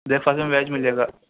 break fast میں veg ملے گا